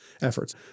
efforts